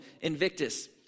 Invictus